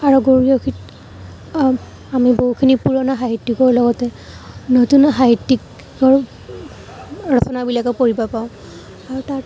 আৰু গৰীয়সীত আমি বহুখিনি পুৰণা সাহিত্য়িকৰ লগতে নতুন সাহিত্য়িকৰ ৰচনাবিলাকো পঢ়িব পাওঁ আৰু তাত